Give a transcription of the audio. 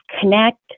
connect